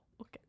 okay